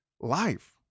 life